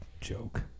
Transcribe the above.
joke